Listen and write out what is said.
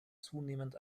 zunehmend